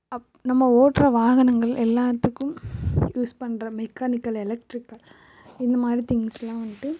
அப் நம்ம ஓட்டுற வாகனங்கள் எல்லாத்துக்கும் யூஸ் பண்ணுற மெக்கானிக்கல் எலக்ட்ரிக்கல் இந்த மாதிரி திங்ஸெலாம் வந்துட்டு